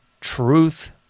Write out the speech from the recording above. truth